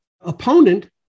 opponent